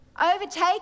overtake